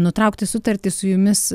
nutraukti sutartį su jumis